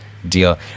Deal